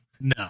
no